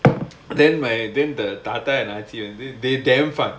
then my the thatha and aachi வந்து:aachi vandhu they damn fun